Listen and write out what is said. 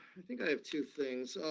i think i have two things.